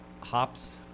hops